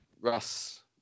russ